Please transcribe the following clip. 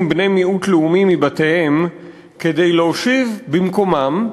בני מיעוט לאומי מבתיהם כדי להושיב במקומם,